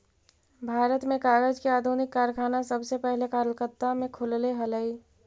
भारत में कागज के आधुनिक कारखाना सबसे पहले कलकत्ता में खुलले हलइ